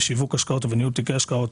בשיווק השקעות ובניהול תיקי השקעות,